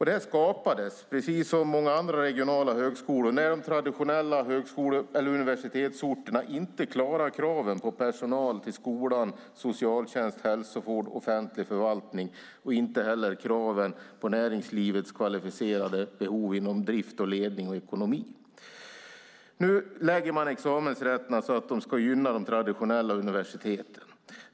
Det här skapades, precis som många andra regionala högskolor, när de traditionella universitetsorterna inte klarade kraven på personal till skola, socialtjänst, hälsovård och offentlig förvaltning och inte heller kraven i fråga om näringslivets kvalificerade behov inom drift, ledning och ekonomi. Nu lägger man examensrätterna så att de ska gynna de traditionella universiteten.